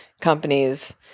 companies